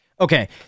Okay